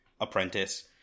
apprentice